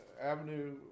Avenue